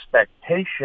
expectation